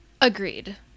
Agreed